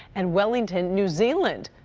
and wellington new zealand.